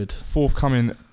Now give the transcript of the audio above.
forthcoming